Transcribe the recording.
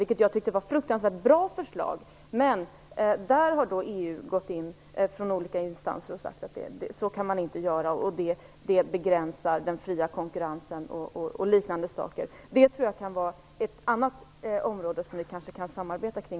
Det tyckte jag var ett fruktansvärt bra förslag, men EU har från olika instanser gått in och sagt att man inte kan göra så, att det begränsar den fria konkurrensen och liknande saker. Att införa det i stället tror jag kan vara ett område som vi kan samarbeta kring.